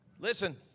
Listen